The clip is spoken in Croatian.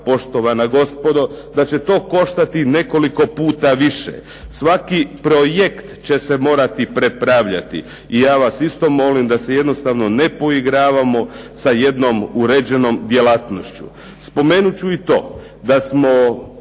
poštovana gospodo da će to koštati nekoliko puta više. Svaki projekt će se morati prepravljati i ja vas isto molim da se jednostavno ne poigravamo sa jednom uređenom djelatnošću. Spomenut ću i to da smo